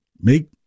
make